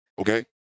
Okay